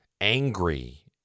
angry